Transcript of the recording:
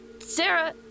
Sarah